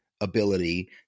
ability